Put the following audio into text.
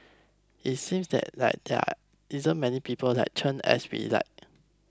it seems that like there isn't many people like Chen as we'd like